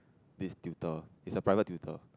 this tutor is a private tutor